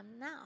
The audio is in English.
now